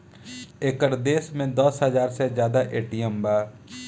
एकर देश में दस हाजार से जादा ए.टी.एम बा